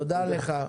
תודה לך.